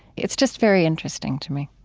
it's just very interesting to me